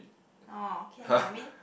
oh okay lah I mean